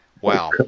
Wow